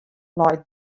leit